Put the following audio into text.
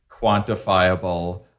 quantifiable